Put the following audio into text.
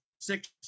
six